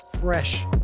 fresh